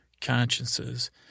consciences